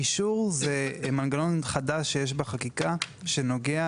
אישור הוא מנגנון חדש שיש בחקיקה, שנוגע